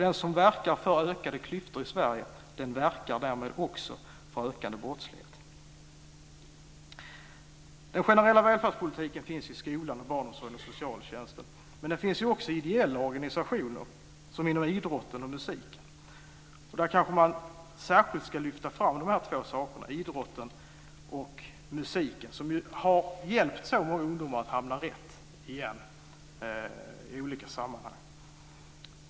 Den som verkar för ökade klyftor i Sverige verkar därmed också för ökad brottslighet. Den generella välfärdspolitiken finns i skolan, barnomsorgen och socialtjänsten. Men den finns också i ideella organisationer som inom idrotten och musiken. Man kanske särskilt ska lyfta fram dessa två, idrotten och musiken, som ju har hjälpt så många ungdomar att hamna rätt igen i olika sammanhang.